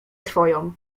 twoją